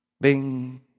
Bing